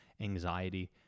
anxiety